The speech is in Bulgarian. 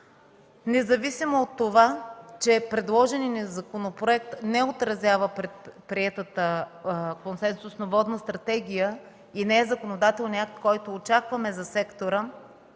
Независимо от това, че предложеният ни законопроект не отразява приетата консенсусно „Водна стратегия” и не е законодателният акт, който очакваме за сектора